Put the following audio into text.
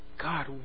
God